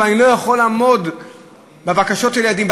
אבל אני לא יכול לעמוד בבקשות של הילדים,